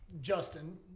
Justin